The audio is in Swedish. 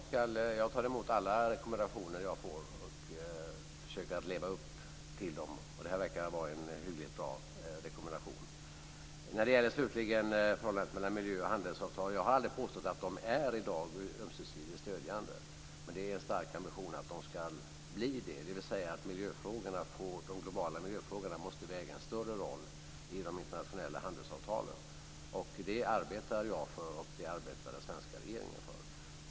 Fru talman! Jag tar emot alla rekommendationer jag får, och jag ska försöka leva upp till dem. Det här verkar vara en hyggligt bra rekommendation. Jag har aldrig påstått att förhållandet mellan miljö och handelsavtal i dag är ömsesidigt stödjande, men det är en stark ambition att de ska bli det. De globala miljöfrågorna måste få en större roll i de internationella handelsavtalen. Jag och den svenska regeringen arbetar för det.